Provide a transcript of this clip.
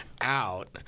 out